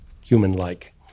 human-like